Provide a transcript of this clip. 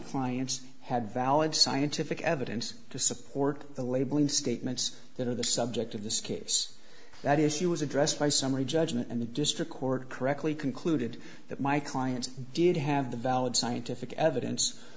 clients had valid scientific evidence to support the labeling statements that are the subject of this case that issue was addressed by summary judgment and the district court correctly concluded that my client did have the valid scientific evidence